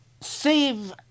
Save